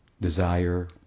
desire